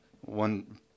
One